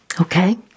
Okay